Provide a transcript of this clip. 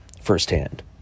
firsthand